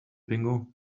bingo